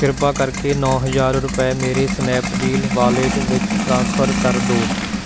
ਕਿਰਪਾ ਕਰਕੇ ਨੌਂ ਹਜ਼ਾਰ ਰੁਪਏ ਮੇਰੇ ਸਨੈਪਡੀਲ ਵਾਲੇਟ ਵਿੱਚ ਟ੍ਰਾਂਸਫਰ ਕਰ ਦਿਓ